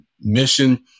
mission